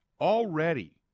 Already